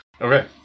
Okay